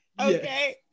Okay